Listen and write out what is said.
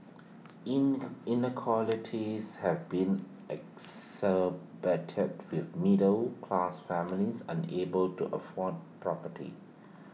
in have been with middle class families unable to afford property